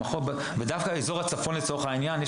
דווקא באזור הצפון לצורך העניין,